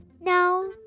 No